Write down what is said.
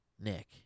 Nick